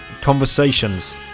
conversations